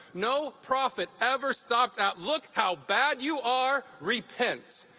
no prophet ever stopped at look how bad you are! repent!